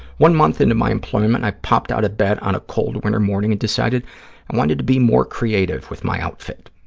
one month into my employment, i popped out of bed on a cold winter morning and decided i wanted to be more creative with my outfit.